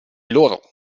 loro